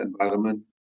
environment